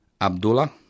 Abdullah